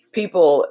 people